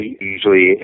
usually